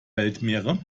weltmeere